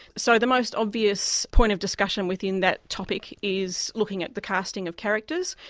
so the most obvious point of discussion within that topic is looking at the casting of characters,